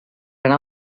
anar